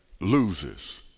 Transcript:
loses